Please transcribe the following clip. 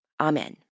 Amen